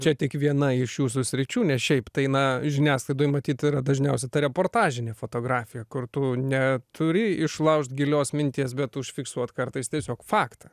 čia tik viena iš jūsų sričių nes šiaip tai na žiniasklaidoj matyt yra dažniausiai ta reportažinė fotografija kur tu neturi išlaužt gilios minties bet užfiksuot kartais tiesiog faktą